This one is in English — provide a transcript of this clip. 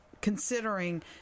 considering